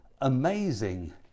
amazing